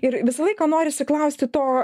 ir visą laiką norisi klausti to